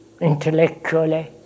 intellectually